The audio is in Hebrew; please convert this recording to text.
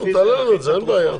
תעלה לנו את זה, אין בעיה.